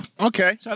Okay